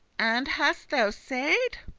and hast thou said?